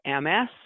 MS